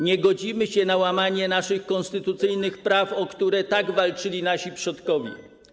Nie godzimy się na łamanie naszych konstytucyjnych praw, o które tak walczyli nasi przodkowie.